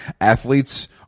athletes